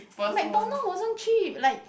McDonald's wasn't cheap like